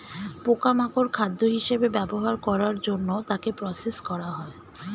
পোকা মাকড় খাদ্য হিসেবে ব্যবহার করার জন্য তাকে প্রসেস করা হয়